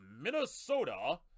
Minnesota